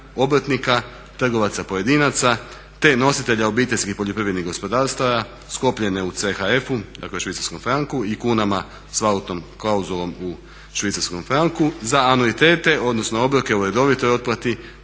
obrtnika, trgovaca pojedinaca te nositelja obiteljskih poljoprivrednih gospodarstava sklopljene u CHF-u, dakle švicarskom franku i kunama s valutnom klauzulom u švicarskom franku, za anuitete odnosno obroke u redovitoj otplati